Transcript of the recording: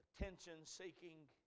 attention-seeking